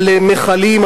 על מכלים,